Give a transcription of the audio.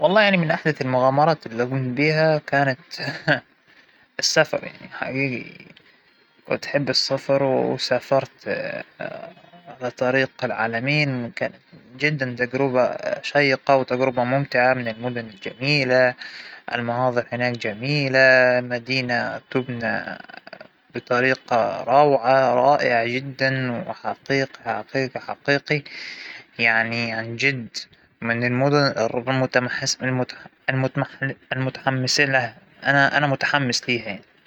بالوقت الحالى حياتى هادئة الحمد لله، وخالية من المغامرات، ما بحكى رتيبة لكن بحكى هادئة، ممكن شى مغامرات صغيرة يومية، مع أولادى -نو نفل برة البيت، نطلع برية سفارى هكذا، لكن ما فى مغامرة كبيرة جمت بيها مؤخراً يعنى.